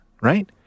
Right